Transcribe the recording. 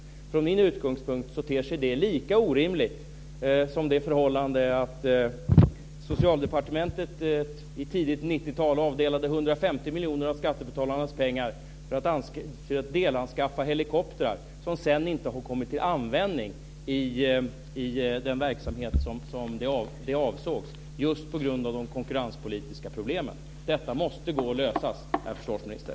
Från min utgångspunkt ter sig det lika orimligt som det förhållandet att Socialdepartementet i tidigt 90-tal avdelade 150 miljoner av skattebetalarnas pengar för att delanskaffa helikoptrar, som sedan inte har kommit till användning i den verksamhet de avsågs för just på grund av de konkurrenspolitiska problemen. Detta måste gå att lösa, herr försvarsminister.